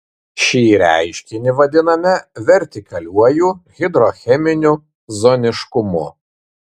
šį reiškinį vadiname vertikaliuoju hidrocheminiu zoniškumu